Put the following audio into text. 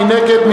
מי נגד?